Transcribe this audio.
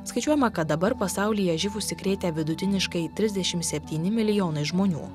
skaičiuojama kad dabar pasaulyje živ užsikrėtę vidutiniškai trisdešimt septyni milijonai žmonių